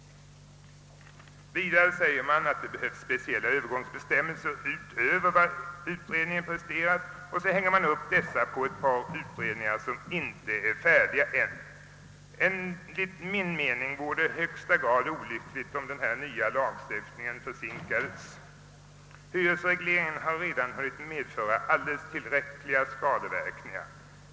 Vidare säger man att det behövs speciella övergångsbestämmelser utöver dem utredningen presterat, och så hänger man upp detta på ett par utredningar, som ännu inte är färdiga. Enligt min mening vore det i högsta grad olyckligt, om denna nya lagstiftning försinkades. Hyresregleringen har redan hunnit medföra tillräckliga skadeverkningar.